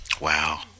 Wow